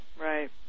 right